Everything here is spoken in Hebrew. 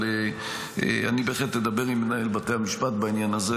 אבל אני בהחלט אדבר עם מנהל בתי המשפט בעניין הזה.